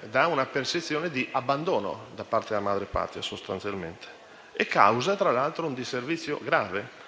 Dà una percezione di abbandono da parte della Madrepatria sostanzialmente, e causa tra l'altro un disservizio grave,